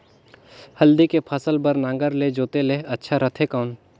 हल्दी के फसल बार नागर ले जोते ले अच्छा रथे कौन?